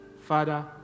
Father